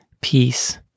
peace